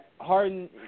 Harden